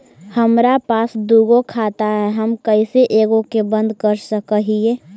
हमरा पास दु गो खाता हैं, हम कैसे एगो के बंद कर सक हिय?